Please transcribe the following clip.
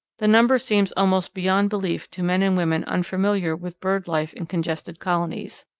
the number seems almost beyond belief to men and women unfamiliar with bird life in congested colonies.